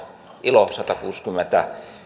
ilo satakuusikymmentäyhdeksän